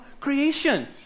creation